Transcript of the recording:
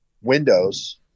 windows